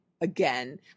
again